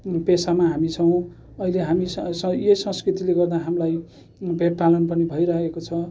पेसामा हामी छौँ अहिले हामी यही संस्कृतिले गर्दा हामीलाई पेट पालन पनि भइरहेको छ